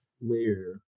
layer